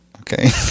okay